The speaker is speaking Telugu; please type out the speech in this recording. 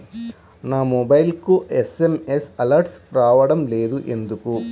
నా మొబైల్కు ఎస్.ఎం.ఎస్ అలర్ట్స్ రావడం లేదు ఎందుకు?